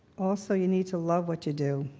also you need to love what you do,